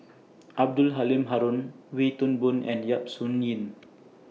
Abdul Halim Haron Wee Toon Boon and Yap Su Yin